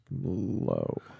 low